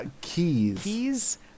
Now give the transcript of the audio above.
Keys